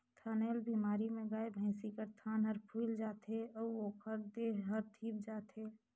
थनैल बेमारी में गाय, भइसी कर थन हर फुइल जाथे अउ ओखर देह हर धिप जाथे